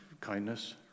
kindness